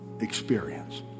experience